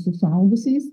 su suaugusiais